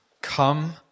Come